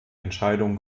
entscheidung